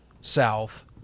south –